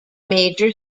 major